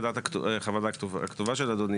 כן, לגבי חוות הדעת הכתובה של אדוני.